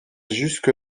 jusque